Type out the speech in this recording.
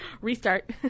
Restart